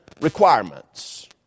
requirements